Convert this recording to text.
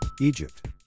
Egypt